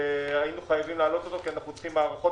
שהיינו חייבים להעלות אותו כי אנחנו צריכים מערכות